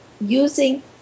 using